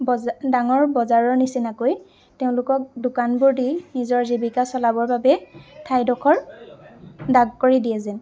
ডাঙৰ বজাৰৰ নিচিনাকৈ তেওঁলোকক দোকানবোৰ দি নিজৰ জীৱিকা চলাবৰ বাবে ঠাইডোখৰ দাগ কৰি দিয়ে যেন